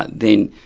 then